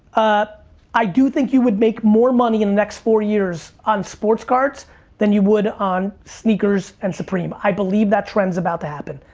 ah i do think you would make more money in the next four years on sports cards than you would on sneakers and supreme. i believe that trend is about to happen,